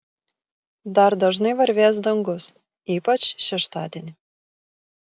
dar dažnai varvės dangus ypač šeštadienį